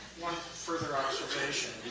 one further observation,